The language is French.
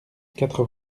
quatre